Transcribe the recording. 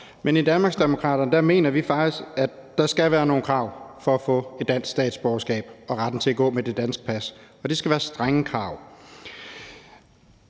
men i Danmarksdemokraterne mener vi rent faktisk, at der skal være nogle krav for at få et dansk statsborgerskab og retten til at gå med det danske pas, og det skal være strenge krav.